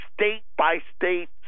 state-by-state